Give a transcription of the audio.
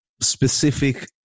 specific